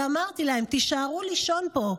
ואמרתי להם: תישארו לישון פה,